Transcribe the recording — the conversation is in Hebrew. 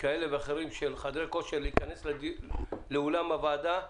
של חדרי כושר להיכנס לאולם הוועדה לדיון,